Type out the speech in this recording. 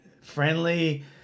friendly